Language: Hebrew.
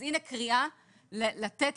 אז הנה קריאה לתת,